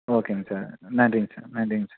ஓகேங்க சார் நன்றிங்க சார் நன்றிங்க சார்